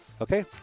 Okay